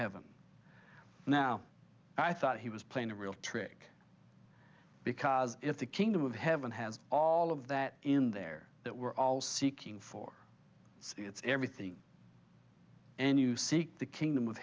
heaven now i thought he was playing a real trick because if the kingdom of heaven has all of that in there that we're all seeking for it's everything and you seek the kingdom